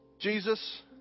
Jesus